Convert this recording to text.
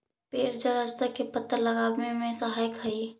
पेड़ जलस्तर के पता लगावे में सहायक हई